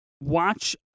watch